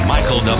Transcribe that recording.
Michael